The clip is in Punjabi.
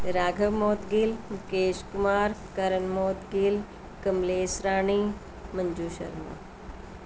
ਰਾਘਵ ਮੋਧਗਿੱਲ ਮੁਕੇਸ਼ ਕੁਮਾਰ ਕਰਨ ਮੋਧਗਿੱਲ ਕਮਲੇਸ ਰਾਣੀ ਮੰਜੂ ਸ਼ਰਮਾ